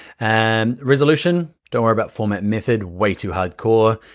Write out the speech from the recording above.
and resolution, don't worry about format method, way too hard core,